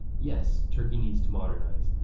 yes, turkey needs to modernize,